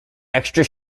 extra